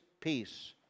peace